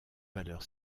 valeur